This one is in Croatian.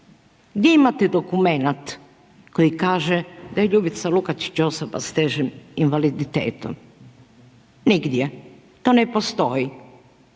Gdje imat dokument koji kaže da je Ljubica Lukačić osoba sa težim invaliditetom? Nigdje, to ne postoji.